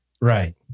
Right